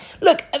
look